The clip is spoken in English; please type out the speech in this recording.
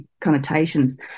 connotations